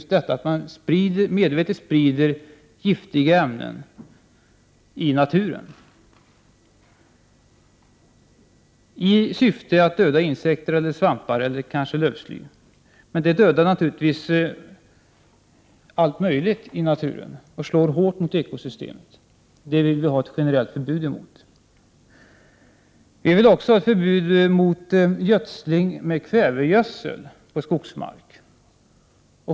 Medvetet sprids ju giftiga ämnen ut i naturen i syfte att döda exempelvis insekter, svampar eller lövsly. Men naturligtvis dödas samtidigt allt möjligt annat i naturen. Den kemiska bekämpningen slår alltså hårt mot ekosystemet. Därför vill vi ha ett generellt förbud här. Vidare vill vi ha ett förbud mot gödsling med kväve på skogsmark.